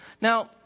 Now